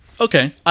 Okay